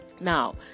Now